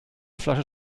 flasche